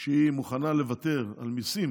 שהיא מוכנה לוותר על מיסים